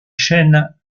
chaînes